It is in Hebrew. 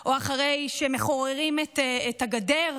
או אחרי שמחוררים את הגדר.